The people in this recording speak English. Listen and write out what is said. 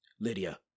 Lydia